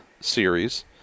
series